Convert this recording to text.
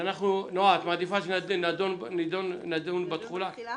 נועה, את מעדיפה שנדון בתחולה?